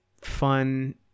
fun